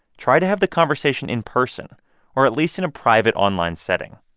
try to have the conversation in person or at least in a private online setting